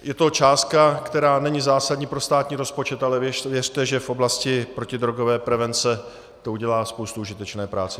Je to částka, která není zásadní pro státní rozpočet, ale věřte, že v oblasti protidrogové prevence to udělá spoustu užitečné práce.